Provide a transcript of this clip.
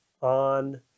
on